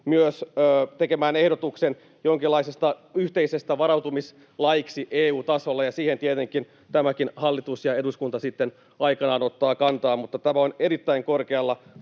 myös tekemään ehdotuksen jonkinlaisesta yhteisestä varautumislaista EU-tasolla, ja siihen tietenkin tämäkin hallitus ja eduskunta sitten aikanaan ottavat kantaa. Mutta tämä on erittäin korkealla